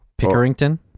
Pickerington